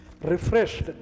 refreshed